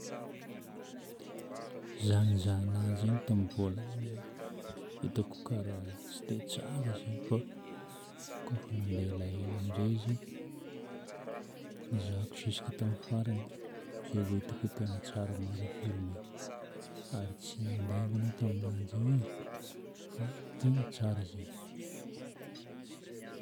Za nizaha ananjy igny tamin'ny voalohany, hitako karaha tsy dia tsara izy igny fa kôfa nandeha elaela amin'izay izy, nizahako jusque tamin'ny farany, izay vô hitako hoe tegna tsara marina igny filma igny. Ary tsy nandainga anao taminanjy igny e fa tegna tsara izy igny.